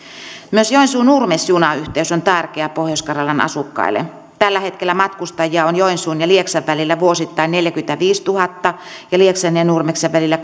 myös joensuu nurmes junayhteys on tärkeä pohjois karjalan asukkaille tällä hetkellä matkustajia on joensuun ja lieksan välillä vuosittain neljäkymmentäviisituhatta ja lieksan ja nurmeksen välillä